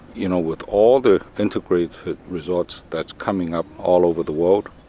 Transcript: you know, with all the integrated resorts that's coming up all over the world,